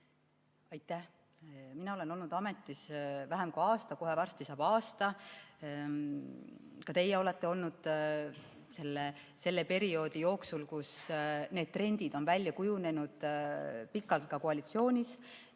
Aitäh! Mina olen olnud ametis vähem kui aasta, kohe varsti saab aasta. Ka teie olete olnud selle perioodi jooksul, kus need trendid on välja kujunenud, pikalt koalitsioonis.